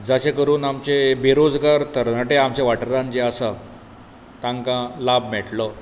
जाचे करून आमचे बेरोजगार तरणाटे आमच्या वाठारान जे आसा तांकां लाब मेळट्लो